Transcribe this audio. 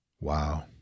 Wow